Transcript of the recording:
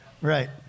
Right